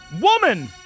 Woman